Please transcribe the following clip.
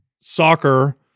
soccer